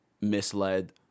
misled